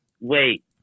wait